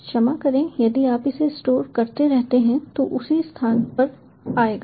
क्षमा करें यदि आप इसे स्टोर करते रहते हैं तो उसी स्थान पर आएगा